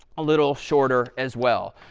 a little shorter as well.